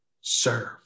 Serve